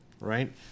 Right